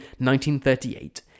1938